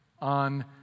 on